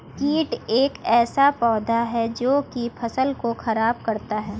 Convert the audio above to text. कीट एक ऐसा पौधा है जो की फसल को खराब करता है